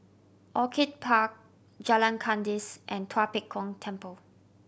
Orchid Park Jalan Kandis and Tua Pek Kong Temple